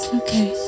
okay